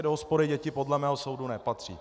Do hospody děti podle mého soudu nepatří.